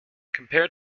compared